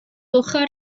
ochr